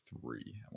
three